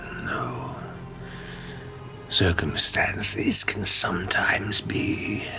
you know circumstances can sometimes be.